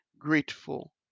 Grateful